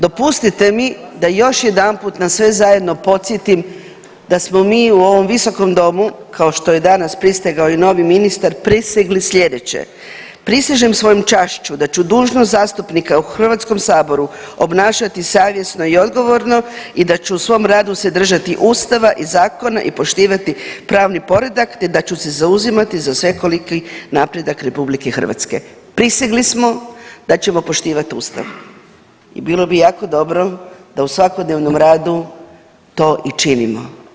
Dopustite mi da još jedanput nas sve zajedno podsjetim da smo mi u ovom Visokom domu kao što je danas prisegao i novi ministar prisegli sljedeće „Prisežem svojom čašću da ću dužnost zastupnika u Hrvatskom saboru obnašati savjesno i odgovorno, da ću se u svom radu držati Ustava i zakona i poštivati pravni predak te da ću se zauzimati za svekoliki napredak RH.“ Prisegli smo da ćemo poštivat ustav i bilo bi jako dobro da u svakodnevnom radu to i činimo.